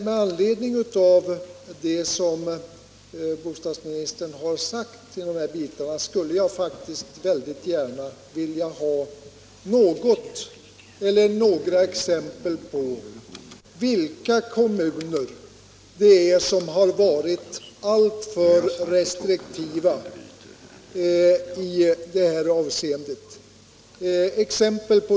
Med anledning av det som bostadsministern har sagt här skulle jag gärna vilja få något eller några exempel på vilka kommuner som har varit alltför restriktiva i det här avseendet.